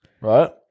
right